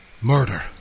murder